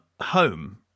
home